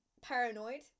paranoid